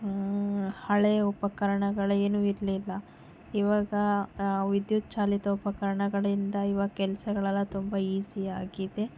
ಹಳೆಯ ಉಪಕರಣಗಳೇನೂ ಇರಲಿಲ್ಲ ಇವಾಗ ವಿದ್ಯುಚ್ಚಾಲಿತ ಉಪಕರಣಗಳಿಂದ ಇವಾಗ ಕೆಲಸಗಳೆಲ್ಲ ತುಂಬ ಈಸಿಯಾಗಿದೆ